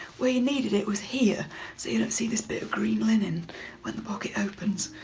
where you needed it was here. so you don't see this bit of green linen when the pocket opens.